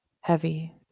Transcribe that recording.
heavy